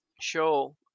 show